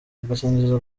agakingirizo